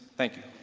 thank you.